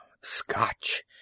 scotch